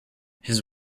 his